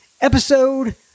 episode